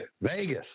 Vegas